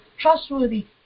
trustworthy